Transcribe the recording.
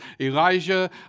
Elijah